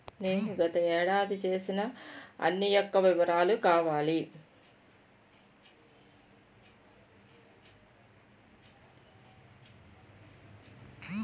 నేను గత ఏడాది చేసిన అన్ని యెక్క వివరాలు కావాలి?